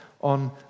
on